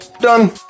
Done